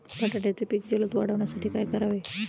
बटाट्याचे पीक जलद वाढवण्यासाठी काय करावे?